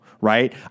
Right